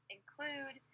include